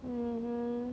mm